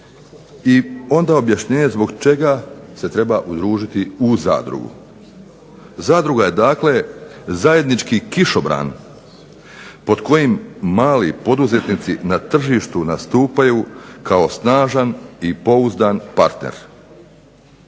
i onda objašnjenje zbog čega se treba udružiti u zadrugu. "Zadruga je dakle zajednički kišobran pod kojim mali poduzetnici na tržištu nastupaju kao snažan i pouzdan partner